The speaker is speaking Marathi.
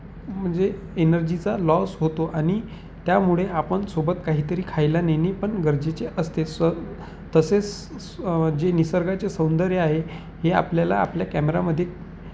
म्हणजे एनर्जीचा लॉस होतो आणि त्यामुळे आपण सोबत काहीतरी खायला नेणे पण गरजेचे असते स तसेच जे निसर्गाचे सौंदर्य आहे हे आपल्याला आपल्या कॅमेरामध्ये